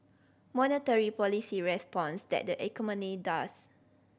monetary policy responds tat the economy does